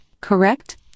correct